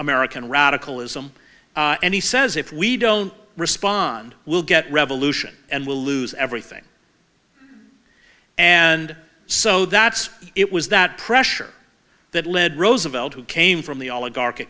american radicalism and he says if we don't respond we'll get revolution and we'll lose everything and so that's it was that pressure that led roosevelt who came from the oligarchy